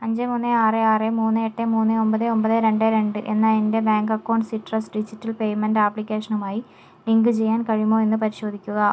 അഞ്ച് മൂന്ന് ആറ് ആറ് മൂന്ന് എട്ട് മൂന്ന് ഒമ്പത് ഒമ്പത് രണ്ട് രണ്ട് എന്ന എൻ്റെ bank account Citrus digital payment ആപ്ലിക്കേഷനുമായി ലിങ്ക് ചെയ്യാൻ കഴിയുമോ എന്ന് പരിശോധിക്കുക